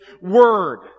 Word